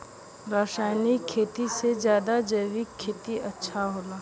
रासायनिक खेती से ज्यादा जैविक खेती अच्छा होला